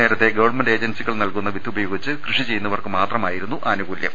നേരത്തെ ഗവൺമെന്റ് ഏജൻസികൾ നൽകുന്ന വിത്ത് ഉപയോഗിച്ച് കൃഷി ചെയ്യുന്നവർക്ക് മാത്രമായിരുന്നു ആനുകൂലൃം